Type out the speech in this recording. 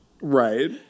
Right